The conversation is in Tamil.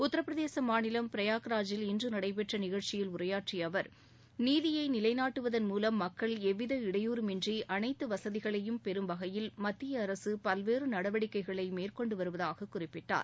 உத்தரப்பிரதேச மாநிலம் பிரையாக்ராஜில் இன்று நடைபெற்ற கூட்டத்தில் உரையாற்றிய அவர் நீதியை நிலைநாட்டுவதன் மூலம் மக்கள் எவ்வித இடையூறமின்றி அனைத்து வசதிகளையும் பெறும் வகையில் மத்திய அரசு பல்வேறு நடவடிக்கைகளை மேற்கொண்டு வருவதாக குறிப்பிட்டார்